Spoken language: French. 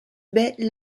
baies